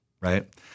right